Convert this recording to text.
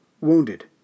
wounded